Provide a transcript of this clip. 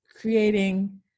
creating